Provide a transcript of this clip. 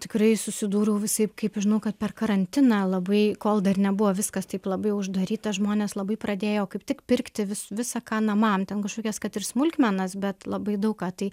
tikrai susidūriau visaip kaip žinau kad per karantiną labai kol dar nebuvo viskas taip labai uždaryta žmonės labai pradėjo kaip tik pirkti vis visa ką namam ten kažkokias kad ir smulkmenas bet labai daug ką tai